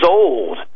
old